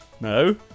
No